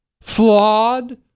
flawed